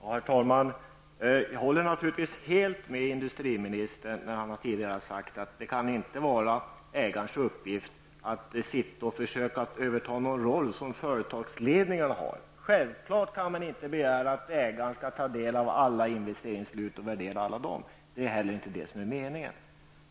Herr talman! Jag håller naturligtvis helt med industriministern om det han tidigare har sagt, att det inte kan vara ägarens uppgift att försöka överta företagsledningarnas roll. Självklart kan man inte begära att ägaren skall ta del av alla investeringsbeslut och värdera dem. Det är inte heller det som är meningen.